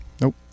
Nope